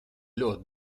ļoti